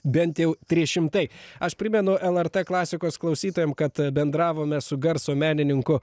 bent jau trys šimtai aš primenu lrt klasikos klausytojam kad bendravome su garso menininku